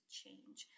change